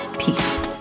Peace